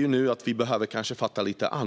Vi ser nu att vi kanske behöver fatta lite andra och